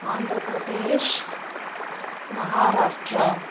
Andhra Pradesh Maharashtra